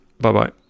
bye-bye